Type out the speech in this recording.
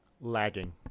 lagging